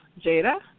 Jada